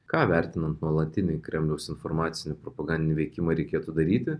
ką vertinant nuolatinį kremliaus informacinį propagandinį veikimą reikėtų daryti